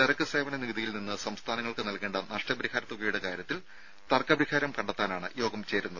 ചരക്ക് സേവന നികുതിയിൽ നിന്ന് സംസ്ഥാനങ്ങൾക്ക് നൽകേണ്ട നഷ്ടപരിഹാര തുകയുടെ കാര്യത്തിൽ തർക്ക പരിഹാരം കണ്ടെത്താനാണ് യോഗം ചേരുന്നത്